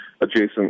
adjacent